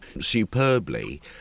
superbly